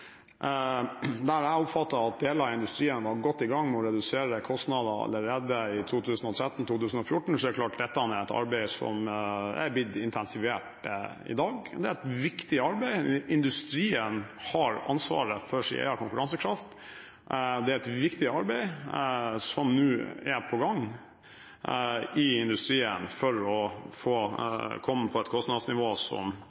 Jeg oppfattet at deler av industrien var godt i gang med å redusere kostnadene allerede i 2013–2014, og det er klart at dette er et arbeid som har blitt intensivert i dag. Det er et viktig arbeid. Industrien har ansvaret for sin egen konkurransekraft. Det er et viktig arbeid som nå er på gang i industrien for å komme på et kostnadsnivå som